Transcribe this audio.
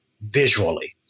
visually